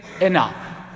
enough